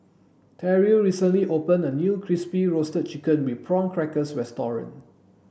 Terrill recently opened a new crispy roasted chicken with prawn crackers restaurant